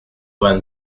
vingt